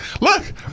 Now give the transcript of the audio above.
Look